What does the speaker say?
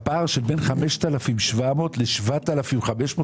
כמה שוכרים יש בפער שבין 5,700 ₪ ל-7,500 ₪?